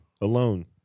alone